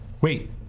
Wait